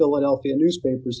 philadelphia newspaper